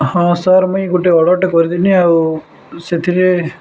ହଁ ସାର୍ ମୁଇଁ ଗୋଟେ ଅର୍ଡ଼ର୍ଟେ କରିଦିନି ଆଉ ସେଥିରେ